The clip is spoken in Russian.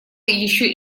еще